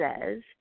says